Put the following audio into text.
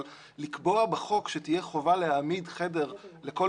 אבל לקבוע בחוק שתהיה חובה להעמיד חדר לכל